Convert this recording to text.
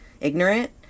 ignorant